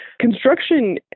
construction